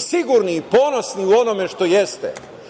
sigurni i ponosni u onome što jeste,